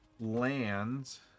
lands